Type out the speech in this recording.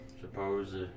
suppose